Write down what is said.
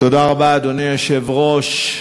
אדוני היושב-ראש,